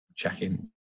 Checking